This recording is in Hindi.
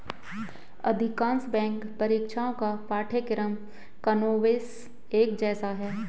अधिकांश बैंक परीक्षाओं का पाठ्यक्रम कमोबेश एक जैसा है